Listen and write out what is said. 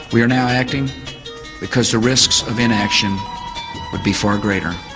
we are now acting because the risks of inaction would be far greater.